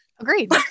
Agreed